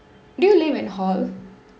do you live in hall